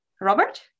Robert